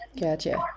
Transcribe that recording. Gotcha